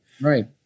right